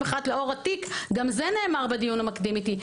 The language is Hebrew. אחת לאור התיק - גם זה נאמר בדיון המקדים איתי.